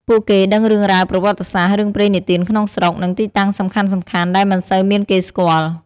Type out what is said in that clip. ពួកគេដឹងរឿងរ៉ាវ ប្រវត្តិសាស្ត្រ រឿងព្រេងនិទានក្នុងស្រុក និងទីតាំងសំខាន់ៗដែលមិនសូវមានគេស្គាល់។